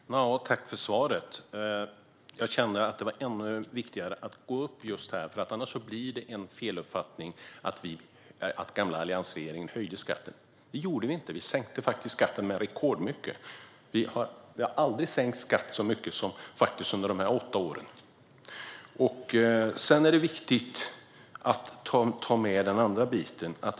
Fru talman! Tack för svaret, Annika Strandhäll! Det var viktigt att ta just den här repliken. Det skulle kunna uppfattas på fel sätt, som att alliansregeringen höjde skatten. Det gjorde vi inte. Vi sänkte skatten rekordmycket. Skatten har aldrig sänkts så mycket som under de åtta åren. Det är också viktigt att ta med den andra biten.